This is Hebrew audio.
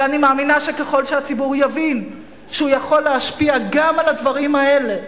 אני מאמינה שככל שהציבור יבין שהוא יכול להשפיע גם על הדברים האלה,